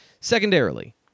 Secondarily